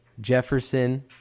Jefferson